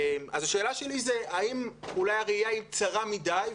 השאלה שלי היא האם אולי הראיה היא צרה מדי,